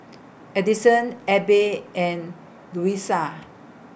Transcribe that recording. Addison Abbey and Louisa